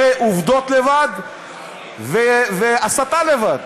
הרי עובדות לבד והסתה לבד.